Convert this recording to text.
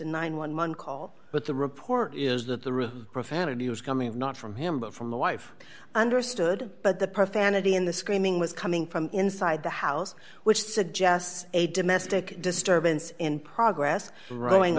eleven call but the report is that the real profanity was coming not from him but from the wife understood but the profanity in the screaming was coming from inside the house which suggests a domestic disturbance in progress rowing